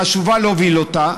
חשוב להוביל אותה.